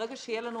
ברגע שיהיה לנו